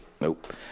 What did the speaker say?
nope